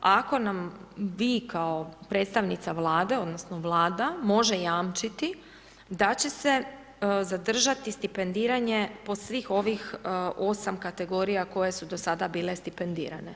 ako nam vi kao predstavnica vlade, odnosno, vlada može jamčiti da će se zadržati stipendiranje po svih ovih 8 kategorija koje su do sada bile stipendirane.